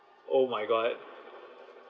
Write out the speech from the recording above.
oh my god